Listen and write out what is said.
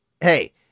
Hey